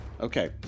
Okay